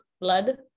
blood